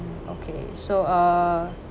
okay so uh